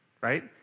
right